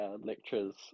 lectures